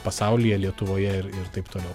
pasaulyje lietuvoje ir ir taip toliau